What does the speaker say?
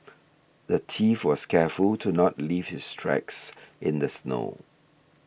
the thief was careful to not leave his tracks in the snow